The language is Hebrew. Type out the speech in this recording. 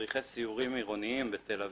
מדריכי סיורים עירוניים בתל אביב,